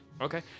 Okay